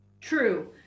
true